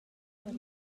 per